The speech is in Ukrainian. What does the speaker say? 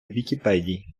вікіпедій